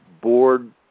board